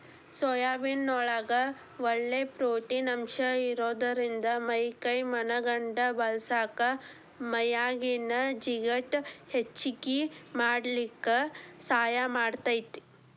soybean ನೊಳಗ ಒಳ್ಳೆ protein ಅಂಶ ಇರೋದ್ರಿಂದ ಮೈ ಕೈ ಮನಗಂಡ ಬೇಳಸಾಕ ಮೈಯಾಗಿನ ಜಿಗಟ್ ಹೆಚ್ಚಗಿ ಮಾಡ್ಲಿಕ್ಕೆ ಸಹಾಯ ಮಾಡ್ತೆತಿ